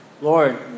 Lord